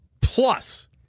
plus